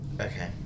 Okay